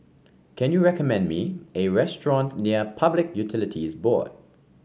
can you recommend me a restaurant near Public Utilities Board